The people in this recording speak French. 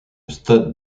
stade